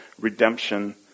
redemption